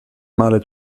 male